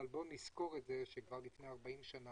אבל בואו נזכור את זה שכבר לפני 40 שנה,